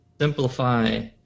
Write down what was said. simplify